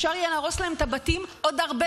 אפשר יהיה להרוס להם את הבתים עוד הרבה